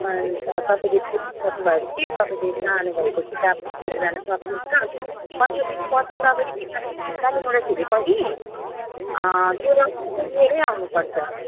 अन्त तपाईँले सक्नुभयो पछि तपाईँले चाहनुभएको किताब झिकेर लान सक्नुहुन्छ अनि पन्ध्र दिनपछि तपाईँले किताब फिर्ता ल्याउँदाखेरि पनि त्यो रसिद चाहिँ लिएरै आउनुपर्छ